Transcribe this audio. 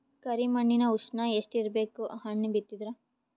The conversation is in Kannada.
ಕರಿ ಮಣ್ಣಿನ ಉಷ್ಣ ಎಷ್ಟ ಇರಬೇಕು ಹಣ್ಣು ಬಿತ್ತಿದರ?